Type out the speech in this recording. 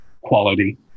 quality